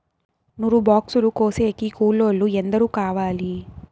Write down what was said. నూరు బాక్సులు కోసేకి కూలోల్లు ఎందరు కావాలి?